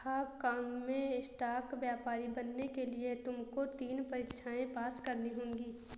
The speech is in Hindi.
हाँग काँग में स्टॉक व्यापारी बनने के लिए तुमको तीन परीक्षाएं पास करनी होंगी